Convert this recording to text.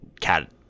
cat